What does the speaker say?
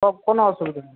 সব কোনো অসুবিধা নেই